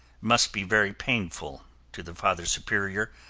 must be very painful to the father superior,